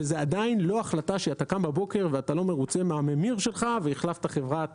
וזה עדיין לא החלטה שאתה קם בבוקר ואתה לא מרוצה מהממיר שלך והחלפת חברת